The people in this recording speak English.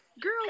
Girl